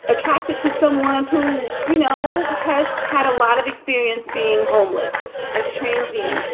attractive to someone who, you know, has had a lot of experience being homeless and trains the